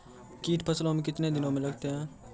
कीट फसलों मे कितने दिनों मे लगते हैं?